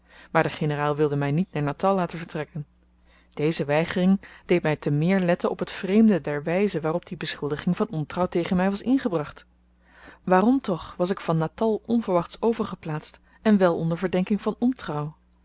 maar de generaal wilde my niet naar natal laten vertrekken deze weigering deed my te meer letten op t vreemde der wyze waarop die beschuldiging van ontrouw tegen my was ingebracht waarom toch was ik van natal onverwachts overgeplaatst en wel onder verdenking van ontrouw